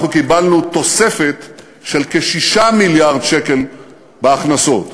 אנחנו קיבלנו תוספת של כ-6 מיליארד שקלים בהכנסות.